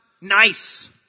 nice